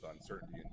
uncertainty